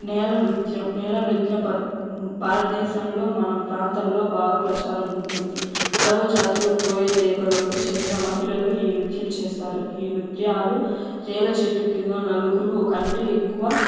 నేల నృత్యం నేల నృత్యం భా భారతదేశంలో మన ప్రాంతంలో బాగా ప్రచారం ఉంటుంది అడవి జాతులు కోయ తెగలకు చెందిన మహిళలు ఈ నృత్యం చేస్తారు ఈ నృత్యాలు రేలా చెట్టు క్రింద నలుగురి కంటే ఎక్కువ